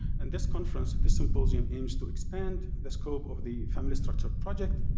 and this conference, this symposium aims to expand the scope of the family structure project